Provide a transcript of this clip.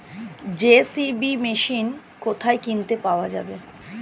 JCB machine কোথায় কিনতে পাওয়া যাবে?